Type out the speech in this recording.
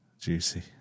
Juicy